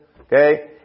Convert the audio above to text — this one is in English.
Okay